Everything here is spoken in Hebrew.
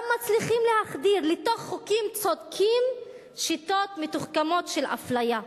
מצליחים גם להחדיר לתוך חוקים צודקים שיטות מתוחכמות של אפליה.